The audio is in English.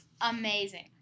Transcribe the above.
amazing